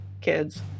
kids